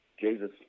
Jesus